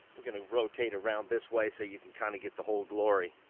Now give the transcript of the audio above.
we're gonna rotate around this way so you can kind of get the whole glory.